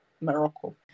Morocco